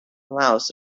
laos